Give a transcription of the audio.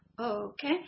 Okay